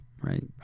right